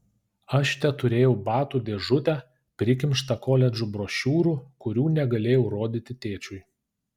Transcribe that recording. aš teturėjau batų dėžutę prikimštą koledžų brošiūrų kurių negalėjau rodyti tėčiui